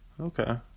Okay